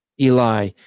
Eli